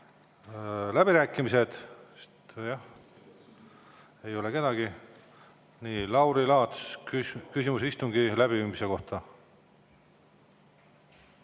läbirääkimised. Jah, ei ole kedagi. Lauri Laats, küsimus istungi läbiviimise kohta.